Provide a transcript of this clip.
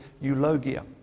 eulogia